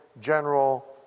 General